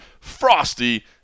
FROSTY